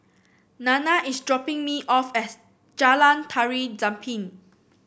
Nana is dropping me off at Jalan Tari Zapin